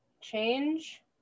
Change